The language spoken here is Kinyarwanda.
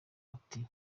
ati